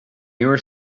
newer